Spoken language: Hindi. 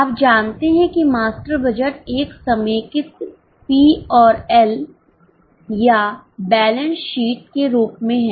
आप जानते हैं कि मास्टर बजट एक समेकित पी और एल के रूप में है